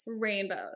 Rainbows